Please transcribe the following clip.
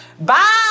Bye